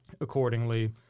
accordingly